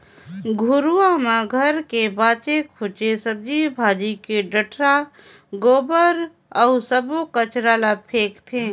घुरूवा म घर के बाचे खुचे सब्जी भाजी के डठरा, गोबर अउ सब्बो कचरा ल फेकथें